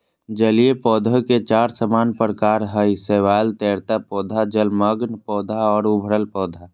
जलीय पौधे के चार सामान्य प्रकार हइ शैवाल, तैरता पौधा, जलमग्न पौधा और उभरल पौधा